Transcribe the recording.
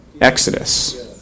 Exodus